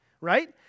right